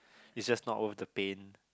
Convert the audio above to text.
is just not worth the pain